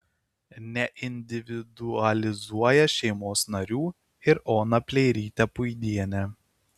neindividualizuoja šeimos narių ir ona pleirytė puidienė